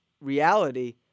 reality